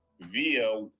via